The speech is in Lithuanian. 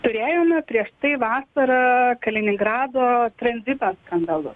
turėjome prieš tai vasarą kaliningrado tranzito skandalus